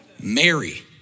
Mary